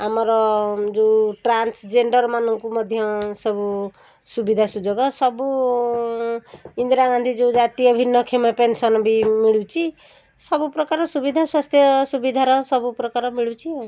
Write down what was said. ଆମର ଯେଉଁ ଟ୍ରାନ୍ସଜେଣ୍ଡରମାନଙ୍କୁ ମଧ୍ୟ ସବୁ ସୁବିଧା ସୁଯୋଗ ସବୁ ଇନ୍ଦିରା ଗାନ୍ଧୀ ଯେଉଁ ଜାତୀୟ ଭିନ୍ନକ୍ଷମ ପେନ୍ସନ୍ ବି ମିଳୁଛି ସବୁପ୍ରକାର ସୁବିଧା ସ୍ୱାସ୍ଥ୍ୟ ସୁବିଧାର ସବୁପ୍ରକାର ମିଳୁଛି ଆଉ